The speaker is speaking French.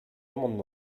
amendement